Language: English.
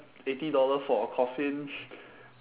eighty dollar for a coffin